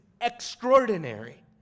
extraordinary